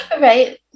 Right